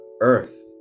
Earth